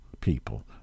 People